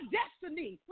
destiny